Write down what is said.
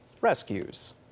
rescues